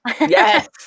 Yes